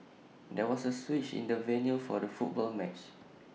there was A switch in the venue for the football match